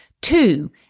Two